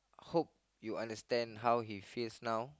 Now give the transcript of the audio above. hope you understand how he feels now